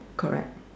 correct